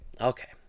Okay